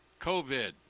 COVID